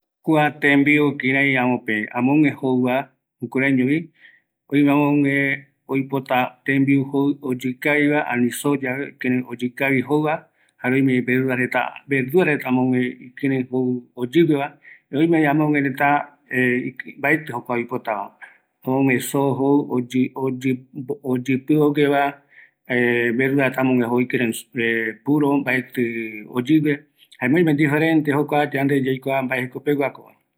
Kua kïraïko yamboyɨ tembiu yauva, yandeko yayueta, öime amogue oipota tembiu oyɨkavi oipota, jare oimevi oyɨmbɨu oipota, soo, jevae, ani verdura reta jukuraivi, öime tembiureta yau, oyïmbae va, erei yaikuata maerako yau jukuraiva